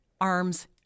arms